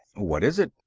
what is it?